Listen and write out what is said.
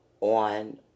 on